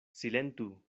silentu